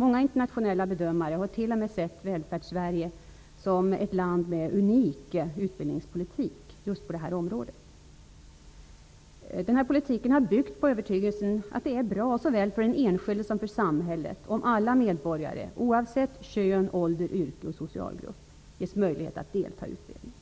Många internationella bedömare har t.o.m. sett Välfärdssverige som ett land med unik utbildningspolitik just på detta område. Denna politik har byggt på övertygelsen att det är bra såväl för den enskilde som för samhället om alla medborgare, oavsett kön, ålder, yrke och socialgrupp, ges möjlighet att delta i utbildning.